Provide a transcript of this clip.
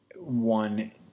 one